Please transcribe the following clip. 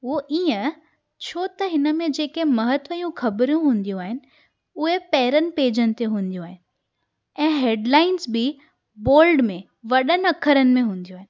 उहो ईअं छो त हिन में जेके महत्व जूं ख़बरूं हूंदियूं आहिनि उहे पहिरें पेजनि ते हूंदियूं आहिनि ऐं हेडलाइन्स बि बोल्ड में वॾनि अख़रनि में हूंदियूं आहिनि